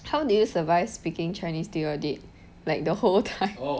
how did you survive speaking chinese to your date like the whole time or question